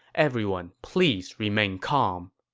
everyone, please remain calm.